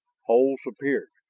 holes appeared,